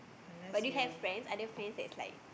but do you have friend other friend that is like